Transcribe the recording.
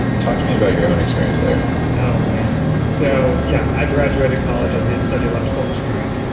talk to me about your own experience there oh man, so yeah. i graduated college, i did study electrical engineering,